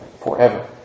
forever